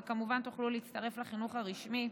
וכמובן תוכלו להצטרף לחינוך הרשמי.